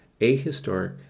ahistoric